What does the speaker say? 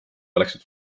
oleksid